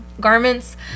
garments